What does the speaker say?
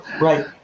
right